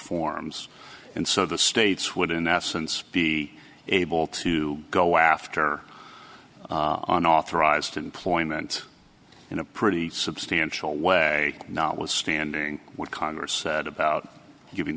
forms and so the states would in essence be able to go after on authorized employment in a pretty substantial way not withstanding what congress said about giving